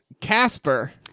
Casper